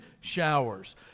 showers